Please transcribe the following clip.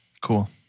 Cool